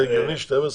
זה הגיוני 12?